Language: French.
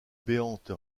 béante